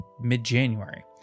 mid-January